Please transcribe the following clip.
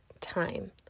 time